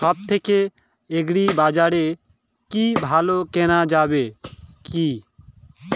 সব থেকে আগ্রিবাজারে কি ভালো কেনা যাবে কি?